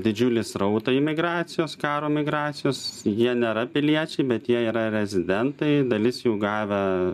didžiulį srautą imigracijos karo migracijos jie nėra piliečiai bet jie yra rezidentai dalis jų gavę